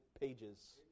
pages